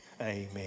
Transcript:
amen